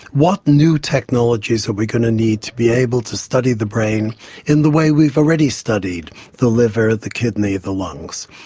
what new technologies are we going to need to be able to study the brain in the way we've already studied the liver, the kidney, the lungs.